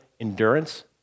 endurance